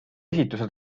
esituse